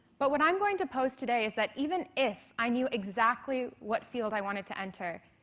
but what i'm going to post today is that even if i knew exactly what field i wanted to enter,